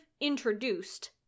introduced